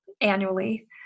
annually